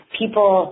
people